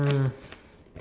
mm